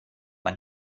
man